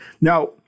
Now